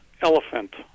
Elephant